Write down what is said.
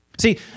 See